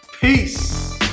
Peace